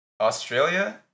Australia